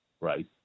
right